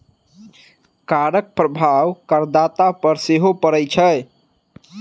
करक प्रभाव करदाता पर सेहो पड़ैत छै